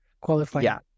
qualifying